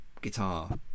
guitar